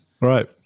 Right